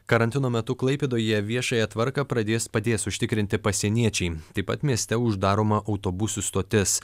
karantino metu klaipėdoje viešąją tvarką pradės padės užtikrinti pasieniečiai taip pat mieste uždaroma autobusų stotis